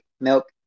milk